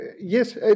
Yes